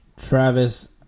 Travis